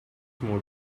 mode